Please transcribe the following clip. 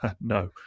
no